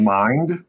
mind